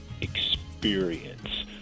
experience